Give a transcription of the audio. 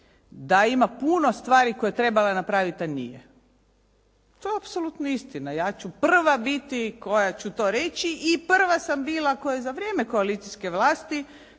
da ima puno stvari koje je trebala napraviti a nije. To je apsolutno istina. Ja ću prva biti koja ću to reći i prva sam bila koja je za vrijeme koalicijske vlasti